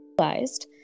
realized